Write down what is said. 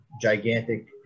gigantic